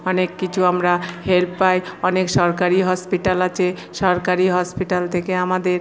অনেক কিছু আমরা হেল্প পাই অনেক সরকারি হসপিটাল আছে সরকারি হসপিটাল থেকে আমাদের